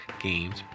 games